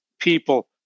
people